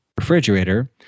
refrigerator